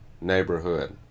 neighborhood